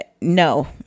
No